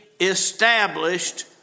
established